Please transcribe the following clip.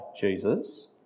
Jesus